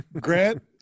Grant